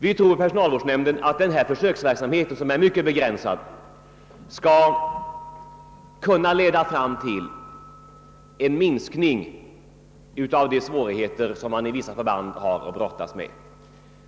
Vi tror i personalvårdsnämnden att den här försöksverksamheten som är mycket begränsad skall kunna leda fram till en minskning av de svårigheter man i vissa förband har att brottas med.